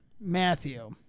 Matthew